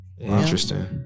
Interesting